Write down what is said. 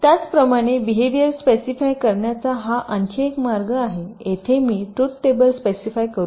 त्याचप्रमाणे behaviour specify करण्याचा हा आणखी एक मार्ग आहे येथे मी ट्रुथ टेबल स्पेसिफाय करू शकते